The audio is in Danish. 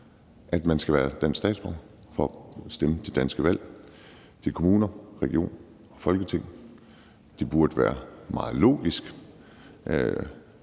at man skal være dansk statsborger for at stemme til danske valg til kommuner, regioner og Folketing. Det burde være meget logisk,